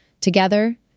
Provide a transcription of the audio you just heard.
Together